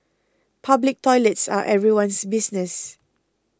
public toilets are everyone's business